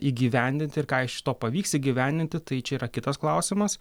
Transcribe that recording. įgyvendinti ir ką iš to pavyks įgyvendinti tai čia yra kitas klausimas